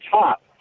top